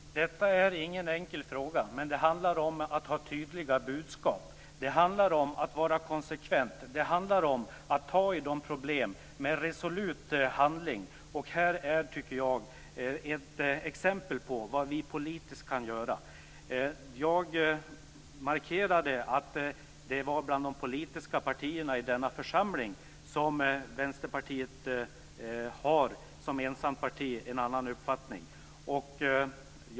Fru talman! Detta är inte någon enkel fråga, men det handlar om tydliga budskap, om att vara konsekvent och om att resolut ta tag i problemen. Här är ett exempel på vad vi politiskt kan göra. Jag markerade att det var bland de politiska partierna i denna församling som Vänsterpartiet som ensamt parti har en annan uppfattning.